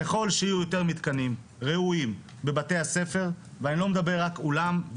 ככל שיהיו יותר מתקנים ראויים בבתי-הספר ואני לא מדבר רק אולם,